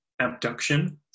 abduction